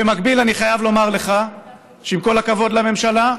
במקביל, אני חייב לומר לך שעם כל הכבוד לממשלה,